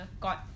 God